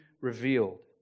revealed